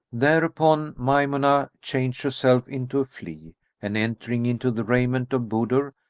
thereupon maymunah changed herself into a flea and entering into the raiment of budur,